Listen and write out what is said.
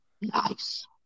Nice